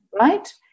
right